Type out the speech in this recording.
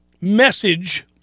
message